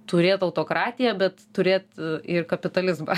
turėt autokratiją bet turėt ir kapitalizmą